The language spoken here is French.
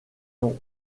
ont